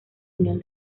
unión